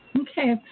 Okay